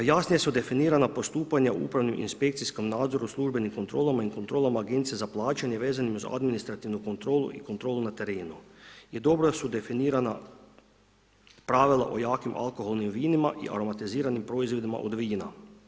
Jasnije su definiranja postupanja u upravno-inspekcijskom nadzoru, službenim kontrolama i kontrolama Agencije za plaćanje vezanim uz administrativnu kontrolu i kontrolu na terenu i dobro su definirana pravila o jakim alkoholnim vinima i aromatiziranim proizvodima od vina.